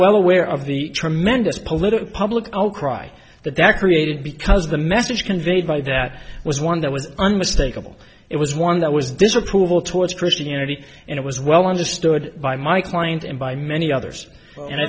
well aware of the tremendous political public outcry that that created because the message conveyed by that was one that was unmistakable it was one that was disapproval towards christianity and it was well understood by my client and by many others and i